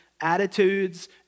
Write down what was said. attitudes